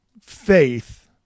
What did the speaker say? Faith